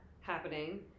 happening